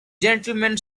gentlemen